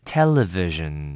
Television 。